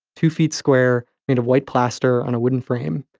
two feet square, in a white plaster, on a wooden frame,